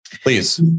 Please